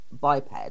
biped